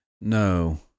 No